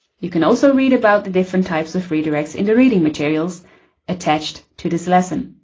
you can also read about the different types of redirects in the reading materials attached to this lesson.